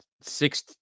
six